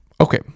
Okay